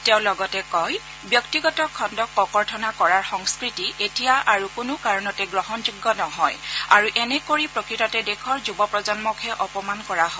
তেওঁ লগতে কয় যে ব্যক্তিগত খণ্ডক ককৰ্থনা কৰাৰ সংস্কৃতি এতিয়া আৰু কোনো কাৰণতে গ্ৰহণযোগ্য নহয় আৰু এনে কৰি প্ৰকৃততে দেশৰ যুৱ প্ৰজন্মক অপমান কৰাহে হয়